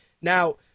Now